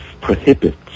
prohibits